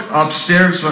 upstairs